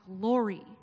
glory